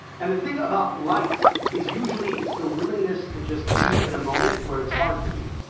and the thing about light is, usually, it's the willingness to just be in a moment where it's hard to be.